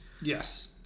Yes